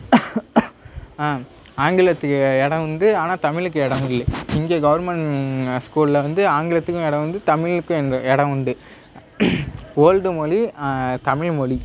ஆ ஆங்கிலத்துக்கு இடம் உண்டு ஆனால் தமிழுக்கு இடம் இல்லை இங்கே கவுர்மெண்ட் ஸ்கூலில் வந்து ஆங்கிலத்துக்கும் இடம் உண்டு தமிழுக்கும் எங் இடம் உண்டு ஓல்டு மொழி தமிழ் மொழி